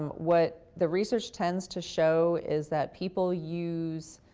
um what the research tends to show, is that people use